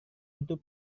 itu